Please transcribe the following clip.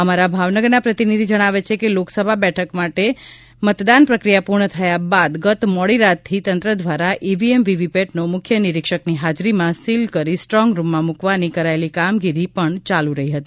અમારા ભાવનગરના પ્રતિનિધિ જણાવે છે કે લોકસભા બેઠક માટે ગઈકાલે મતદાન પ્રક્રિયા પૂર્ણ થયા બાદ ગત મોડી રાતથી તંત્ર દ્વારા ઈવીએમ વીવીપેટને મુખ્ય નીરિક્ષકની હાજરીમાં સીલ કરી સ્ટ્રોંગ રૂમમાં મૂકવાની કરાયેલી કામગીરી ગઈકાલે પણ ચાલુ રહી હતી